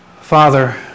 Father